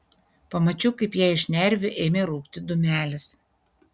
pamačiau kaip jai iš šnervių ėmė rūkti dūmelis